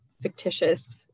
fictitious